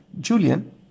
Julian